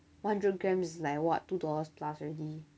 one hundred grams is like what two dollars plus already